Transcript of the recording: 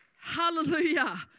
Hallelujah